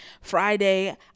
Friday